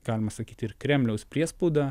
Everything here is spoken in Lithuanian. galima sakyti ir kremliaus priespaudą